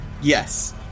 Yes